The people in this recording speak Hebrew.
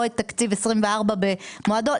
או את תקציב 24' במועדו,